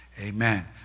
amen